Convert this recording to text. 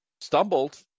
stumbled